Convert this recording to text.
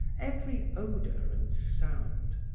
every odor and sound.